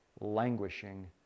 languishing